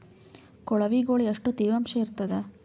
ಕೊಳವಿಗೊಳ ಎಷ್ಟು ತೇವಾಂಶ ಇರ್ತಾದ?